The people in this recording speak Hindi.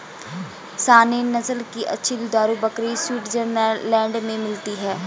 सानेंन नस्ल की अच्छी दुधारू बकरी स्विट्जरलैंड में मिलती है